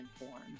informed